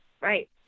Right